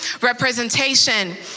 representation